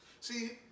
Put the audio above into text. See